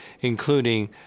including